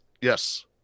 Yes